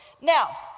Now